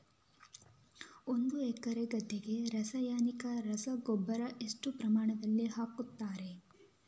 ಒಂದು ಎಕರೆ ಗದ್ದೆಗೆ ರಾಸಾಯನಿಕ ರಸಗೊಬ್ಬರ ಎಷ್ಟು ಪ್ರಮಾಣದಲ್ಲಿ ಹಾಕುತ್ತಾರೆ?